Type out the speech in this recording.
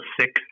six